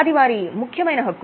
అది వారి ముఖ్యమైన హక్కు